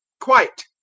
quite.